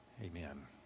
Amen